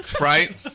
right